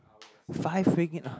five ringgit ugh